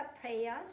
prayers